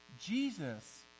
Jesus